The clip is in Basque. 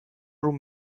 room